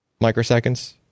microseconds